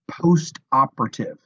post-operative